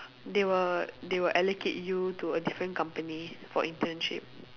they will they will allocate you to a different company for internship